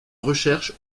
recherche